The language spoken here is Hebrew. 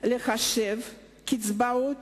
לחשב את קצבאות